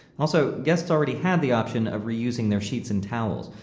also, guests already had the option of reusing their sheets and towels.